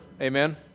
Amen